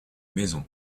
maisons